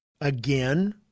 Again